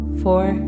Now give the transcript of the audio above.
four